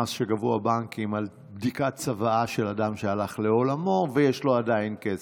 המס שגבו הבנקים על בדיקת צוואה של אדם שהלך לעולמו ויש לו עדיין כסף,